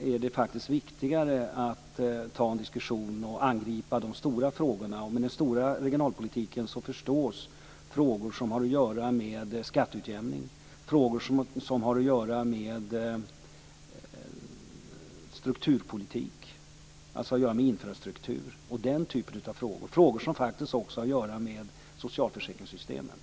är det viktigare att ta en diskussion och angripa de stora frågorna. Med den stora regionalpolitiken förstås frågor som har att göra med skatteutjämning och strukturpolitik, dvs. infrastruktur. Det har också att göra med socialförsäkringssystemen.